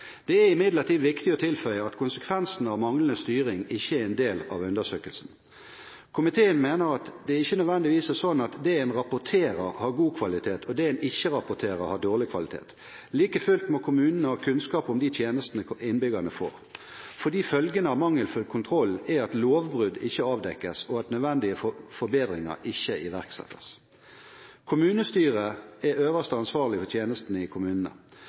Det er imidlertid viktig å tilføye at konsekvensen av manglende styring ikke er en del av undersøkelsen. Komiteen mener at det ikke nødvendigvis er slik at det en rapporterer, har god kvalitet, og det en ikke rapporterer, har dårlig kvalitet. Like fullt må kommunene ha kunnskap om de tjenestene innbyggerne får, fordi følgene av mangelfull kontroll er at lovbrudd ikke avdekkes, og at nødvendige forbedringer ikke iverksettes. Kommunestyret er den øverste ansvarlige for tjenestene i kommunene.